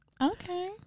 Okay